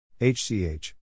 Hch